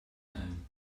time